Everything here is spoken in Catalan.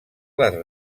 les